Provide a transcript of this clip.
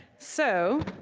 so,